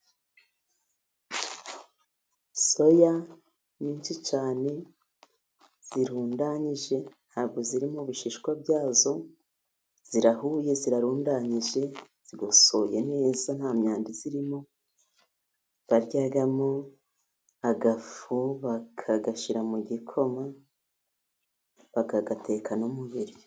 Soya nyinshi cyane, zirundanyije, nta bwo zirimo ibishishwa bya zo, zirahuye, zirarundanyije, zigosoye neza, nta myanda irimo, baryamo agafu, bakagashyira mu gikoma, bakagateka no mu biryo,